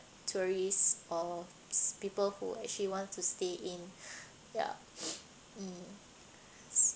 tourists or people who actually want to stay in ya mm